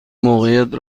موقعیت